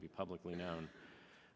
be publicly known